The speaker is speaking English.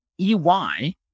EY